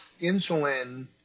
insulin